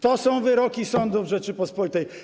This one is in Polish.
To są wyroki sądów Rzeczypospolitej.